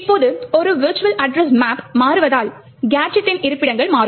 இப்போது ஒரு virtual address map மாறுவதால் கேஜெட் டின் இருப்பிடங்கள் மாறும்